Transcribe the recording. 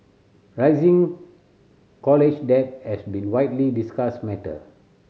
rising college debt has been widely discussed matter